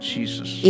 Jesus